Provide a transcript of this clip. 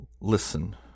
Listen